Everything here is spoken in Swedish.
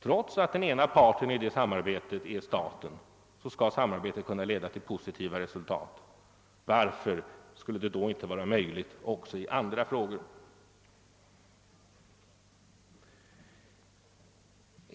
Trots att den ena parten i detta samarbete är staten, skall samarbetet kunna leda till positiva resultat. Varför skulle det då inte vara möjligt också i andra frågor?